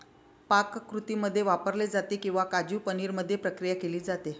पाककृतींमध्ये वापरले जाते किंवा काजू पनीर मध्ये प्रक्रिया केली जाते